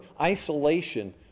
isolation